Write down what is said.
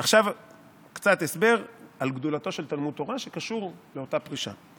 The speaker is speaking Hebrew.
עכשיו קצת הסבר על גדולתו של תלמוד תורה שקשור לאותה פרישה.